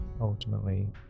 ultimately